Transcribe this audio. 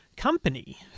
company